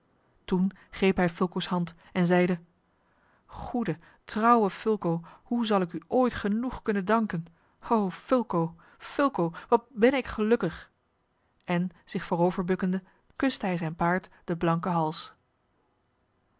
toen greep hij fulco's hand en zeide goede trouwe fulco hoe zal ik u ooit genoeg kunnen danken o fulco fulco wat ben ik gelukkig en zich voorover bukkende kuste hij zijn paard den blanken hals